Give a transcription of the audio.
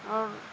आओर